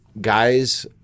guys